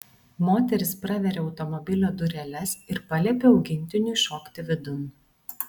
moteris praveria automobilio dureles ir paliepia augintiniui šokti vidun